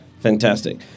Fantastic